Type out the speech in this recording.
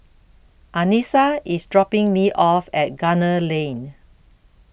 Anissa is dropping me off at Gunner Lane